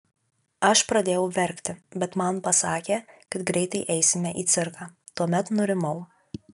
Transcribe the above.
aš pradėjau verkti bet man pasakė kad greitai eisime į cirką tuomet nurimau